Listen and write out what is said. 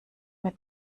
mir